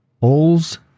holes